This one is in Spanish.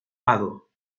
lado